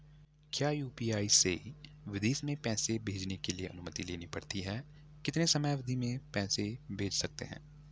क्या यु.पी.आई से विदेश में पैसे भेजने के लिए अनुमति लेनी पड़ती है कितने समयावधि में पैसे भेज सकते हैं?